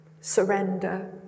surrender